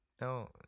no